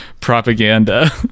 propaganda